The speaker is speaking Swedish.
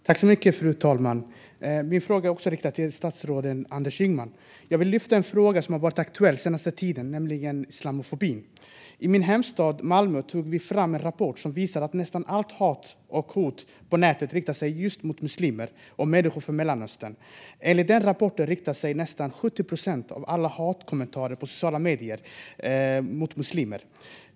Fru talman! Även min fråga är riktad till statsrådet Anders Ygeman. Jag vill lyfta upp en fråga som har varit aktuell den senaste tiden, nämligen islamofobi. I min hemstad Malmö har vi tagit fram en rapport som visar att nästan allt hat och hot på nätet riktar sig just mot muslimer och människor från Mellanöstern. Enligt rapporten riktas nästan 70 procent av alla hatkommentarer på sociala medier mot muslimer.